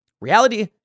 Reality